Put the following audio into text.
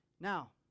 Now